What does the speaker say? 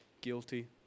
guilty